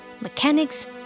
mechanics